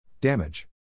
Damage